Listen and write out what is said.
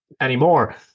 anymore